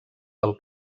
del